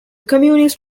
communist